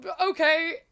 Okay